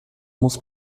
muss